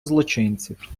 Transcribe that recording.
злочинців